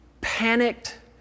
panicked